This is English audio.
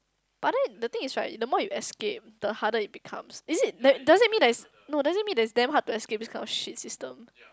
but then the thing is right the more you escape the harder it becomes is it like doesn't mean that's no doesn't mean that's damn hard to escape this kind of shit system